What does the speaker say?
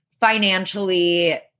financially